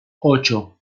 ocho